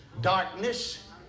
darkness